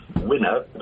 winner